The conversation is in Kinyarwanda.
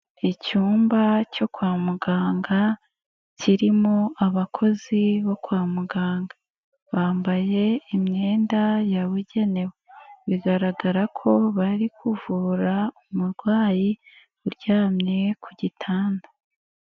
Icyumba cyo kwa muganga kirimo abakozi bo kwa muganga. Bambaye imyenda yabugenewe. Bigaragara ko bari kuvura umurwayi uryamye ku gitanda.